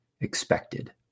expected